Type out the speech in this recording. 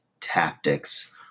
tactics